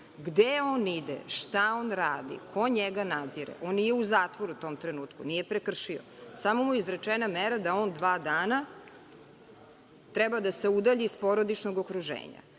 Gde on ide, šta on radi, ko njega nadzire? On nije u zatvoru u tom trenutku, nije prekršio, samo mu je izrečena mera da on dva dana treba da se udalji iz porodičnog okruženja. Dakle,